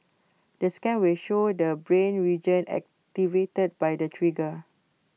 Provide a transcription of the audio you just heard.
the scan will show the brain region activated by the trigger